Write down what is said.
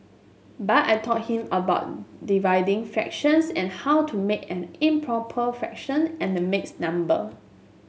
but I taught him about dividing fractions and how to make an improper fraction and a mixed number